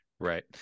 Right